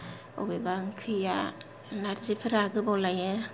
अबेबा ओंख्रिया नारजिफोरा गोबाव लायो